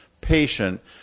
patient